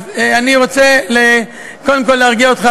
אז אני רוצה קודם כול להרגיע אותך,